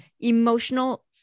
Emotional